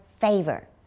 favor